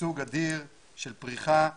שגשוג אדיר של פריחת